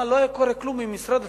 לא היה קורה כלום אם משרד התשתיות,